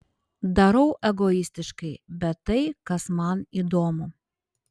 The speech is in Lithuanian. darau egoistiškai bet tai kas man įdomu